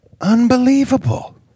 Unbelievable